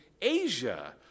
Asia